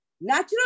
natural